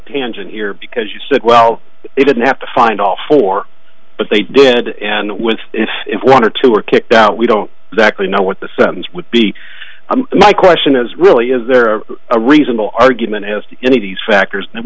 tangent here because you said well he didn't have to find all four but they did and with one or two were kicked out we don't exactly know what the sentence would be my question is really is there a reasonable argument as to any of these factors and